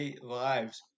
lives